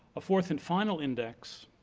a fourth and final index,